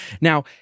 Now